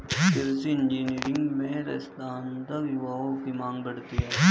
कृषि इंजीनियरिंग में स्नातक युवाओं की मांग बढ़ी है